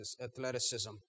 athleticism